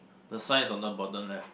the sign is on the bottom left